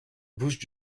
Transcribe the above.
bouches